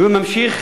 והוא ממשיך,